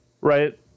right